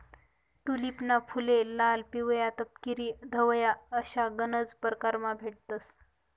टूलिपना फुले लाल, पिवया, तपकिरी, धवया अशा गनज परकारमा भेटतंस